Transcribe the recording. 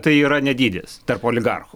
tai yra ne dydis tarp oligarchų